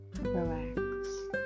Relax